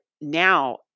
now